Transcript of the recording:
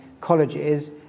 colleges